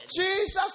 Jesus